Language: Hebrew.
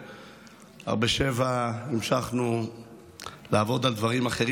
ב-07:00 המשכנו לעבוד על דברים אחרים.